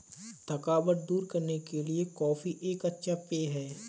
थकावट दूर करने के लिए कॉफी एक अच्छा पेय है